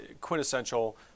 quintessential